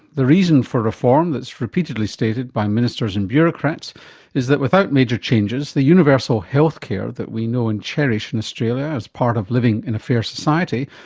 the reason for reform that's repeatedly stated by ministers and bureaucrats is that without major changes, the universal healthcare that we know and cherish in australia as part of living in a fair society,